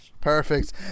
Perfect